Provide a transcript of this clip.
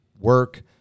work